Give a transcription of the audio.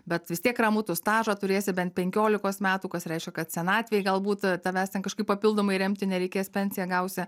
bet vis tiek ramu tu stažą turėsi bent penkiolikos metų kas reiškia kad senatvėj galbūt tavęs ten kažkaip papildomai remti nereikės pensiją gausi